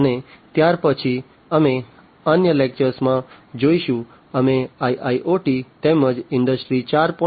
અને ત્યારપછી અમે અન્ય લેક્ચર્સમાં જઈશું અમે IIoT તેમજ ઈન્ડસ્ટ્રી 4